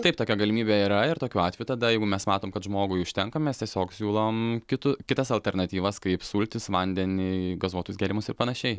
taip tokia galimybė yra ir tokiu atveju tada jeigu mes matom kad žmogui užtenka mes tiesiog siūlom kitu kitas alternatyvas kaip sultis vandenį gazuotus gėrimus ir panašiai